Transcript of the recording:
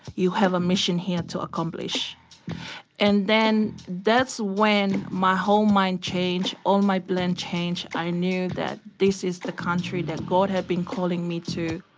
you have a mission here to accomplish and then that's when my whole mind change, all my plan change. i knew that this is the country that god had been calling me to.